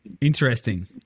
interesting